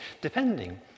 depending